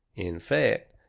in fact,